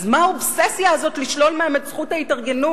אז מה האובססיה הזאת לשלול מהם את זכות ההתארגנות?